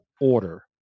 order